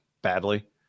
badly